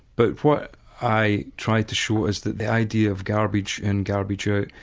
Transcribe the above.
but what i tried to show is that the idea of garbage in, garbage out,